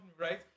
right